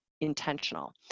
intentional